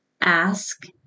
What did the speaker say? ask